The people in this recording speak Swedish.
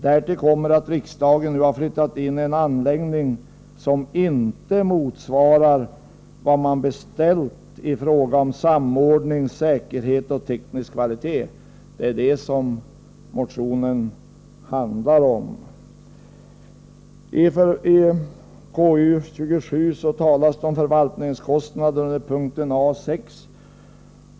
Därtill kommer att riksdagen nu har flyttat in i en anläggning som inte motsvarar vad man har beställt i fråga om samordning, säkerhet och teknisk kvalitet. — Det är det motionen handlar om. I KU:s betänkande talas om förvaltningskostnader under punkt A 6.